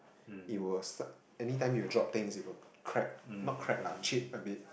it will start anytime you drop things it will crack not crack lah chip a bit